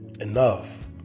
enough